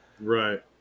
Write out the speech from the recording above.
Right